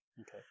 Okay